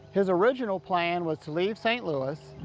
his original plan was to leave st. louis,